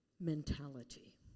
mentality